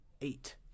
eight